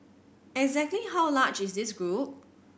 exactly how large is this group